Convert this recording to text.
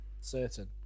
certain